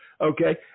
Okay